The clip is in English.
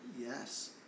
Yes